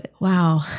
Wow